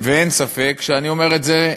אין ספק שאני אומר את זה,